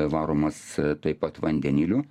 varomas taip pat vandeniliu